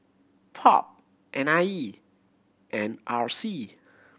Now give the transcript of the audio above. POP N I E and R C